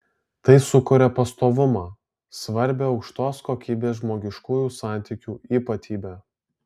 tai sukuria pastovumą svarbią aukštos kokybės žmogiškųjų santykių ypatybę